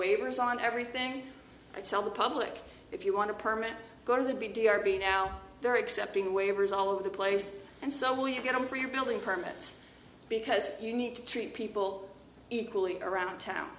waivers on everything i tell the public if you want to permit go to the b d r b now they're accepting waivers all over the place and so will you get them for your building permits because you need to treat people equally around town